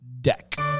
deck